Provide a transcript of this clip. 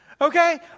Okay